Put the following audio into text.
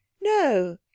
No